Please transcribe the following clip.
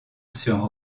sur